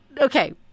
Okay